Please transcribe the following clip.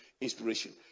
inspiration